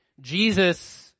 Jesus